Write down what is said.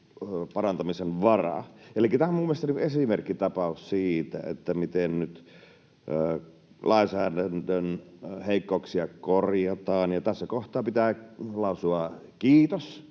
parantamisen varaa. Elikkä tämä on minun mielestäni esimerkkitapaus siitä, miten nyt lainsäädännön heikkouksia korjataan, ja tässä kohtaa pitää lausua kiitos